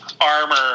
armor